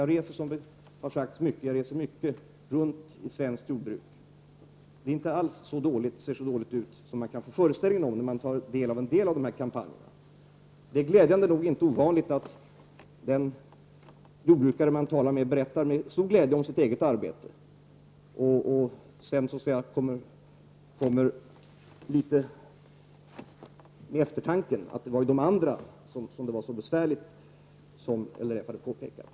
Jag reser mycket, som tidigare nämndes här, och jag reser ofta runt och ser på svenskt jordbruk. Det ser inte alls så dåligt ut som man kan föreställa sig när man tar del av somliga av dessa kampanjer. Det är inte ovanligt att den jordbrukare jag talat med berättar med stor glädje om sitt arbete och därefter kommer tanken på de andra som det är så besvärligt för , som LRF har påpekat.